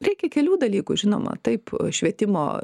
reikia kelių dalykų žinoma taip švietimo